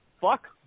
Fuck